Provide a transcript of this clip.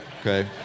okay